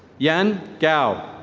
yen gau.